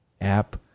app